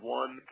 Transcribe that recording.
one